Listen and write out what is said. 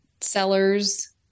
sellers